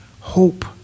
Hope